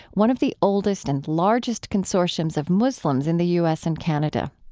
one of the oldest and largest consortiums of muslims in the u s. and canada.